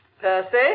Percy